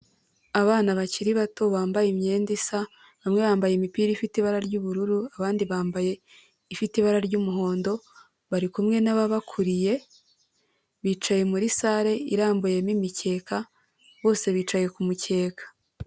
Abana bakiri bato bambaye imyenda isa, bamwe bambaye imipira ifite ibara ry'ubururu, abandi bambaye ifite ibara ry'umuhondo, bari kumwe n'ababakuriye, bicaye muri salle irambuyemo imikeka, bose bicaye ku mukeka.